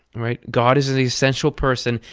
right? god is and the essential person.